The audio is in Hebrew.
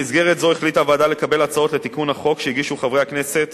במסגרת זו החליטה הוועדה לקבל הצעות לתיקון החוק שהגישו חברי הכנסת